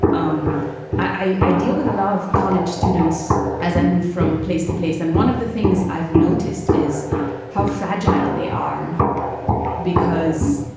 um i i deal with a lot of college students as i move from place to place. and one of the things i've noticed is how fragile they are because,